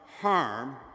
harm